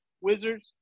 Wizards